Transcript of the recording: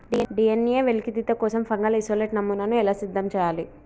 DNA వెలికితీత కోసం fungal isolate నమూనాను ఎలా సిద్ధం చెయ్యాలి?